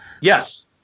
Yes